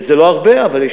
לא הרבה, אבל יש